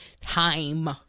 time